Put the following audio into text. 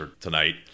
tonight